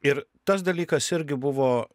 ir tas dalykas irgi buvo